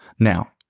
Now